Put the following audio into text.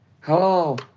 Hello